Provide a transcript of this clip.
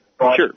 Sure